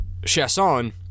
Chasson